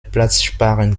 platzsparend